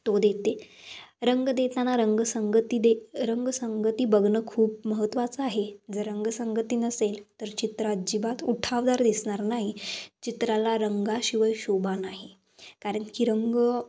तो देते रंग देताना रंगसंगती दे रंगसंगती बघणं खूप महत्त्वाचं आहे जर रंगसंगती नसेल तर चित्र अजिबात उठावदार दिसणार नाही चित्राला रंगाशिवाय शोभा नाही कारण की रंग